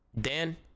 Dan